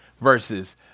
versus